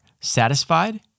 satisfied